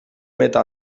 meta